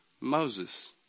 Moses